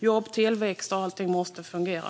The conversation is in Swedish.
Jobb, tillväxt och allting måste fungera.